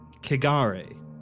Kigare